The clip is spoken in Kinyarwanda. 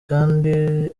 kandi